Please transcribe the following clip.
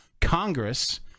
congress